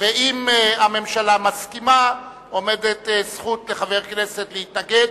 ואם הממשלה מסכימה, עומדת זכות לחבר כנסת להתנגד.